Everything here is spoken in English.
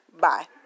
Bye